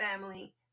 family